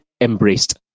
embraced